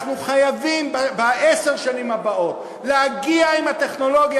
אנחנו חייבים בעשר השנים הבאות להגיע עם הטכנולוגיה